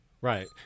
Right